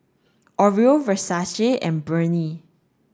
Oreo Versace and Burnie